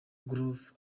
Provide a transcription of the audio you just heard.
groove